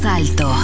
alto